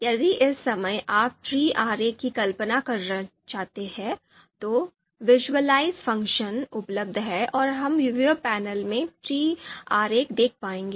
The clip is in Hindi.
यदि इस समय आप ट्री आरेख की कल्पना करना चाहते हैं तो विज़ुअलाइज़ फ़ंक्शन उपलब्ध है और हम व्यूअर पैनल में ट्री आरेख देख पाएंगे